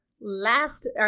last